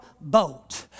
boat